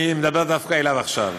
אני מדבר דווקא אליו עכשיו.